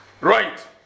right